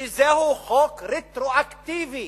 שזהו חוק רטרואקטיבי,